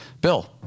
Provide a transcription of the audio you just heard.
Bill